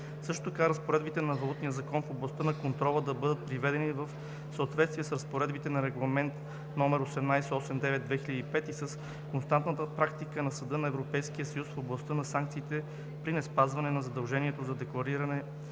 Също така разпоредбите на Валутния закон в областта на контрола да бъдат приведени в съответствие с разпоредбите на Регламент (ЕО) № 1889/2005 и с константната практика на Съда на Европейския съюз в областта на санкциите при неспазване на задължението за деклариране при